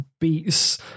Beats